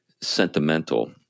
sentimental –